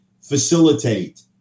facilitate